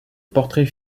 portrait